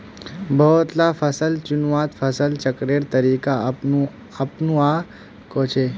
बहुत ला फसल चुन्वात फसल चक्रेर तरीका अपनुआ कोह्चे